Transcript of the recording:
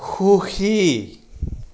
সুখী